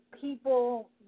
people